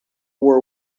war